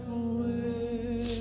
away